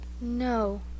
No